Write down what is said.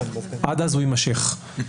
עד אז הוא ימשך.